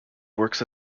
works